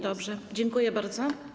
Dobrze, dziękuję bardzo.